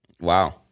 Wow